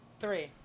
three